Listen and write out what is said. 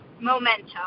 momentum